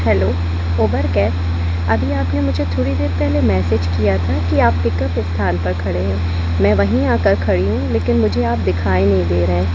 hello Uber cab अभी आपने मुझे थोड़ी देर पहले मैसेज किया था कि आप पिकप स्थान पर खड़े हैं मैं वहीं आकर खड़ी हूँ लेकिन मुझे आप दिखाई नहीं दे रहे हैं